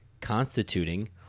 constituting